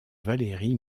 valeri